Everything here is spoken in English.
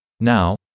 Now